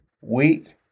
wheat